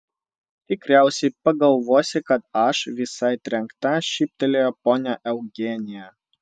tikriausiai pagalvosi kad aš visai trenkta šyptelėjo ponia eugenija